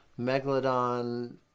megalodon